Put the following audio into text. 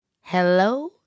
Hello